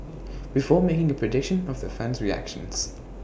before making A prediction of their fan's reactions